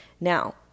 Now